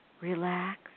relax